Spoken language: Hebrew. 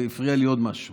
והפריע לי עוד משהו